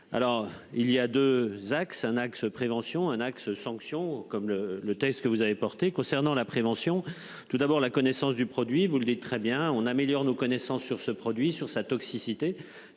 Alors il y a 2 axes, un axe prévention un axe sanctions comme le le texte que vous avez porté concernant la prévention tout d'abord la connaissance du produit. Vous le dites très bien, on améliore nos connaissances sur ce produit sur sa toxicité.